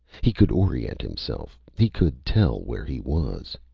he could orient himself. he could tell where he was.